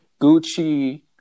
Gucci